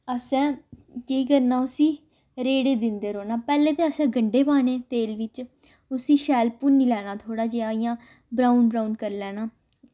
असें केह् करना उसी रेड़े दिंदे रौह्ना पैह्लें ते असें गंढे पाने तेल बिच्च उसी शैल भुन्नी लैना थोह्ड़ा जेहा इ'यां ब्राउन ब्राउन करी लैना